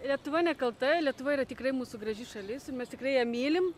lietuva nekalta lietuva yra tikrai mūsų graži šalis ir mes tikrai ją mylim